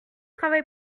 travail